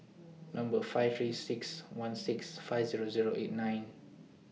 Number five three six one six five Zero Zero eight nine